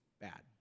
bad